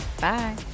Bye